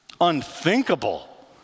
unthinkable